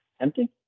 empty